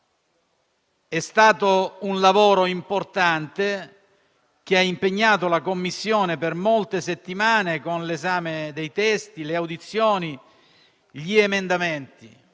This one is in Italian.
È stato un lavoro importante, che ha impegnato la Commissione per molte settimane, con l'esame dei testi, le audizioni, gli emendamenti.